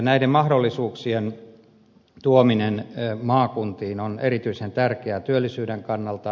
näiden mahdollisuuksien tuominen maakuntiin on erityisen tärkeää työllisyyden kannalta